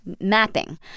mapping